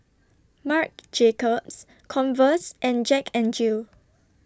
Marc Jacobs Converse and Jack N Jill